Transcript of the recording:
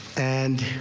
and.